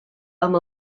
amb